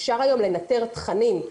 אפשר היום לנטר תכנים.